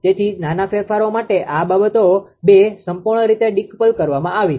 તેથી નાના ફેરફારો માટે આ બે બાબતો સંપૂર્ણ રીતે ડિકપલ કરવામાં આવી છે